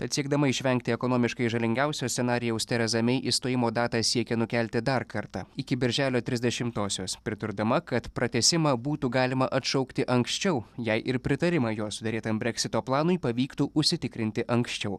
tad siekdama išvengti ekonomiškai žalingiausio scenarijaus tereza mei išstojimo datą siekia nukelti dar kartą iki birželio trisdešimtosios pridurdama kad pratęsimą būtų galima atšaukti anksčiau jei ir pritarimą jos suderėtam breksito planui pavyktų užsitikrinti anksčiau